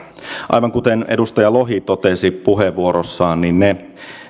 aivan kuten edustaja lohi totesi puheenvuorossaan niin ne